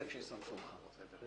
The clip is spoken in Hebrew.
ידו.